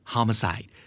Homicide